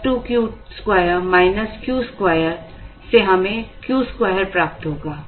2 Q2 Q2 हमें Q2 प्राप्त होगा